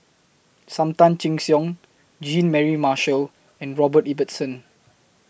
SAM Tan Chin Siong Jean Mary Marshall and Robert Ibbetson